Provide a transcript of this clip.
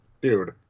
dude